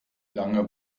lange